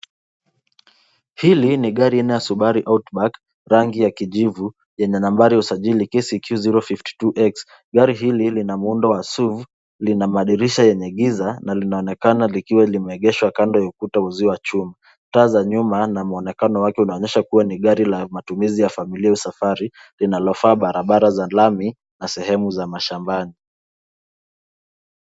Hili gari aina ya Subaru Outback rangi ya kijivu yenye nambari ya usajili KCQ 052X. Gari hili lina muundo wa SUV, lina madirisha yenye giza na linaonekana likiwa limeegeshwa kando ya ukuta wa uzio wa chuma. Taa za nyuma na mwonekano wake unaonyesha kuwa ni gari la matumizi ya familia au safari linalofaa barabara za lami na sehemu za mashambani.